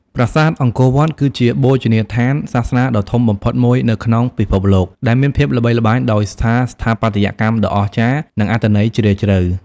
ប្រាសាទអង្គរវត្ត គឺជាបូជនីយដ្ឋានសាសនាដ៏ធំបំផុតមួយនៅក្នុងពិភពលោក ដែលមានភាពល្បីល្បាញដោយសារស្ថាបត្យកម្មដ៏អស្ចារ្យ និងអត្ថន័យជ្រាលជ្រៅ។